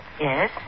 Yes